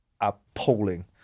appalling